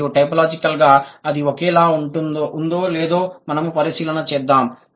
మరియు టైపోలాజికల్గా అది ఒకేలా ఉందో లేదో మనము పరిశీలన చేద్దాము